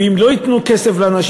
ואם לא ייתנו כסף לאנשים,